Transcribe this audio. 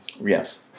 Yes